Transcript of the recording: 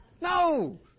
No